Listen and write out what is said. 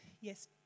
Yes